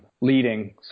leading